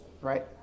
Right